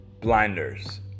Blinders